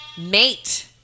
Mate